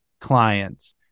clients